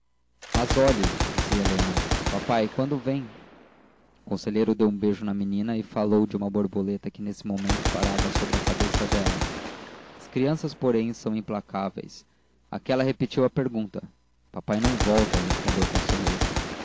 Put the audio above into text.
mas olhe dizia helena papai quando vem o conselheiro deu um beijo na menina e falou de uma borboleta que nesse momento pairava sobre a cabeça dela as crianças porém são implacáveis aquela repetiu a pergunta papai não volta respondeu o conselheiro